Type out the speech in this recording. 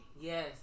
Yes